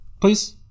Please